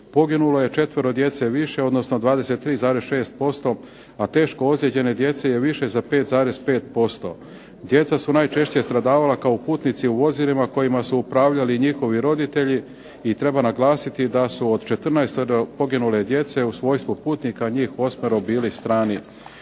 Poginulo je 4. djece više odnosno 23,6% a teško ozlijeđene djece je više za 5,5%. Djeca su najčešće stradavala kao putnici u vozilima kojima su upravljali njihovi roditelji i treba naglasiti da su od 14 poginule djece u svojstvu putnika njih 8 bili strani